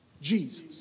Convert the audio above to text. Jesus